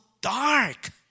dark